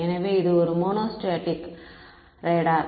எனவே இது ஒரு மோனோஸ்டேடிக் ரேடார்